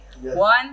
One